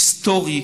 היסטורי,